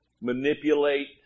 manipulate